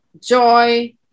joy